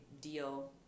deal